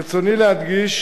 ברצוני להדגיש